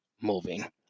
moving